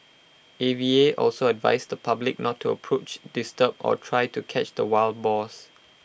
A V A also advised the public not to approach disturb or try to catch the wild boars